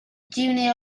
junior